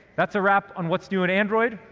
that's a wrap on what's new at android,